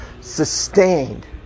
sustained